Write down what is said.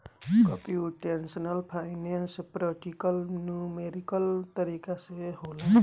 computational finance practical numerical तरीका से होला